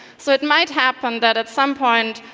so it might happen that, at some point,